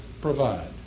provide